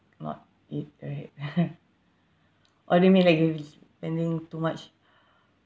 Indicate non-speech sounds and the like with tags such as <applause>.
not eat right <laughs> or do you mean like you're spending too much